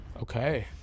Okay